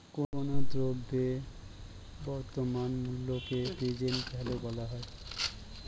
কোনো দ্রব্যের বর্তমান মূল্যকে প্রেজেন্ট ভ্যালু বলা হয়